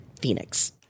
Phoenix